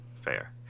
Fair